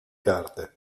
carte